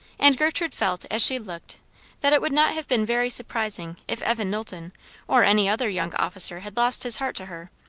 and gertrude felt as she looked that it would not have been very surprising if evan knowlton or any other young officer had lost his heart to her.